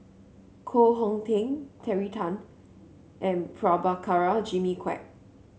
Koh Hong Teng Terry Tan and Prabhakara Jimmy Quek